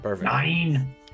Nine